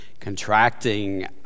contracting